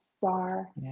far